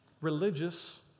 religious